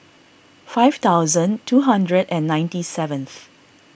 five thousand two hundred and ninety seventh